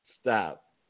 Stop